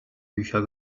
bücher